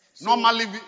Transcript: Normally